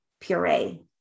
puree